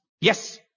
Yes